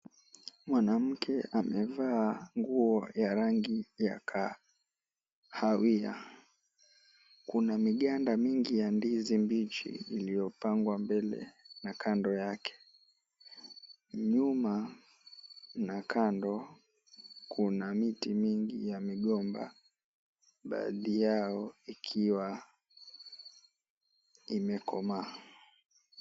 Mwanamke amevaa nguo ya rangi ya kahawia. Kuna miganda mingi ya ndizi mbichi iliyopangwa mbele na kando yake, nyuma na kando kuna miti mingi ya migomba, baadhi yao ikiwa imekomaa.